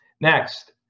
Next